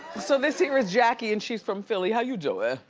so this here is jackie and she's from philly, how you doin'?